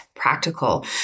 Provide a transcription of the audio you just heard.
practical